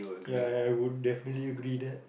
ya I I would definitely agree that